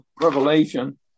revelation